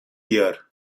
بیار